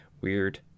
weird